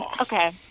okay